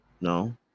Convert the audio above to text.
no